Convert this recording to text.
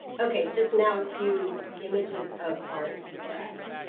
okay, just now a few images of art for us